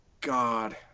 God